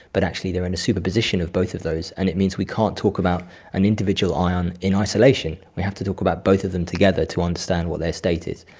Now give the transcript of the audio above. but actually they are in a superposition of both of those, and it means we can't talk about an individual ion in isolation, we have to talk about both of them together to understand what their state is.